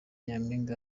nyampinga